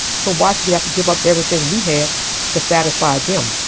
so why should we have to give up everything we have to satisfy them?